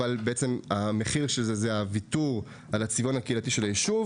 אבל המחיר של זה הוא הוויתור על הצביון הקהילתי של היישוב,